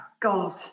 God